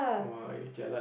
[wah] you jialat